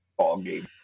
ballgame